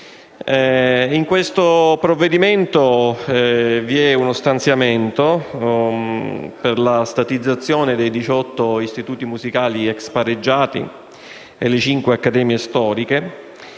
In questo provvedimento vi è uno stanziamento per la statizzazione di 18 istituti musicali *ex* pareggiati e delle 5 accademie storiche.